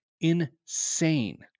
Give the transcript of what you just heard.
insane